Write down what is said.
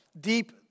deep